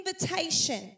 invitation